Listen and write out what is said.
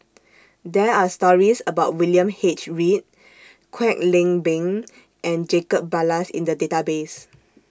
There Are stories about William H Read Kwek Leng Beng and Jacob Ballas in The Database